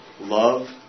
Love